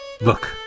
Look